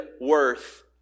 worth